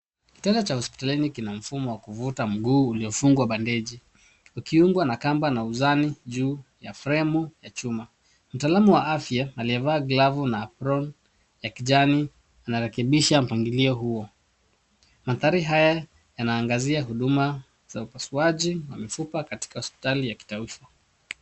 Kitanda cha hospitalini kina mfumo wa kuvuta mguu uliofungwa bandeji ikiungwa na kamba na uzani, juu ya fremu ya chuma. Mtaalamu wa afya aliyevaa glavu na aproni ya kijani anarekebisha mpagilio huo. Manthari haya yanaangazia huduma za upasuaji wa mifupa katika hospitali ya kitaifa.